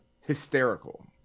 hysterical